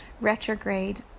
retrograde